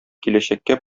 киләчәккә